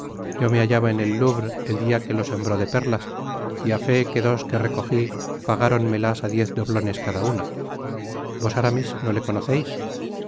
yo me hallaba en el louvre el dia que lo sembró de perlas y á fé que dos que recoji pagáronmelas á diez doblones cada una vos aramis no le conoceis